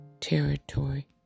territory